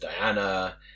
Diana